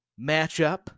matchup